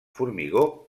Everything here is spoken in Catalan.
formigó